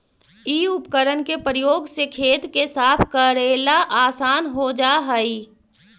इ उपकरण के प्रयोग से खेत के साफ कऽरेला असान हो जा हई